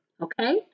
okay